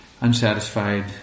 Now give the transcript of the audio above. unsatisfied